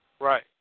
Right